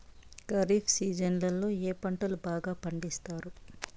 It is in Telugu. ఖరీఫ్ సీజన్లలో ఏ పంటలు బాగా పండిస్తారు